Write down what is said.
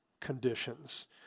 conditions